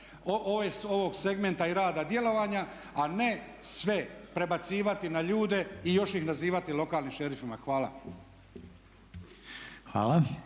ovog segmenta i rada djelovanja, a ne sve prebacivati na ljude i još ih nazivati lokalnim šerifima. Hvala.